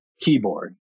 keyboard